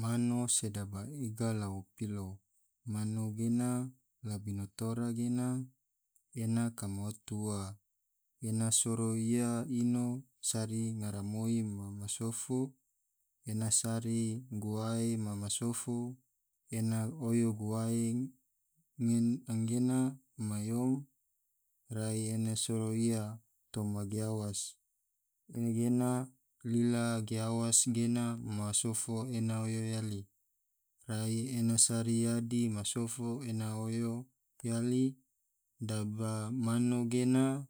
Mano sedaba iga lao pilo, mano gena labino tora gena ena kama otu ua ena soro ia ino sari ngaramoi ma masofo ena sari guwae ma masofo, ena oyo guwae anggena mayou rai ena soro ia toma giawas, anggena lila giawas gena masofo ena oyo yali, rai ena sari yadi masofo ena oyo yali, daba mano gena